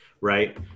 right